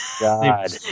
God